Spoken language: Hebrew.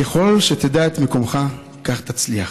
ככל שתדע את מקומך, כך תצליח.